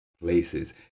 places